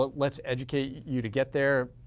but let's educate you to get there,